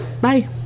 Bye